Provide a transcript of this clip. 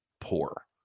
poor